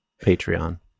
Patreon